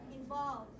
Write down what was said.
involved